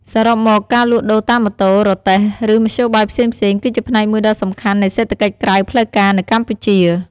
សរុបមក ការលក់ដូរតាមម៉ូតូ រទេះ ឬមធ្យោបាយផ្សេងៗ គឺជាផ្នែកមួយដ៏សំខាន់នៃសេដ្ឋកិច្ចក្រៅផ្លូវការនៅកម្ពុជា។